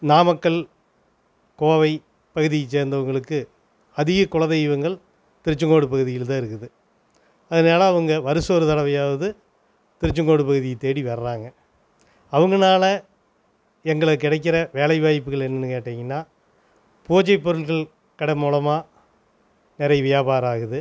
நாமக்கல் கோவை பகுதியை சேர்ந்தவர்களுக்கு அதிக குலதெய்வங்கள் திருச்செங்கோடு பகுதியில் தான் இருக்குது அதனால் அவங்க வருடம் ஒரு தடவையாது திருச்செங்கோடு பகுதியை தேடி வர்றாங்க அவங்களால எங்களுக்கு கிடைக்கிற வேலை வாய்ப்புகள் என்னென்னு கேட்டீங்கன்னால் பூஜை பொருட்கள் கடை மூலமாக நிறைய வியாபாரம் ஆகுது